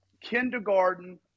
kindergarten